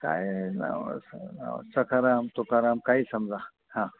काय आहे नाव असं नाव सखाराम तुकाराम काही समजा हां